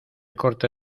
corte